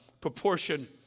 proportion